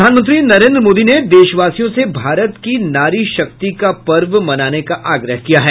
प्रधानमंत्री नरेन्द्र मोदी ने देशवासियों से भारत की नारी शक्ति का पर्व मनाने का आग्रह किया है